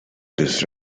this